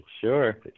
Sure